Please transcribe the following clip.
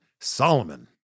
Solomon